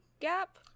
gap